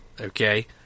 okay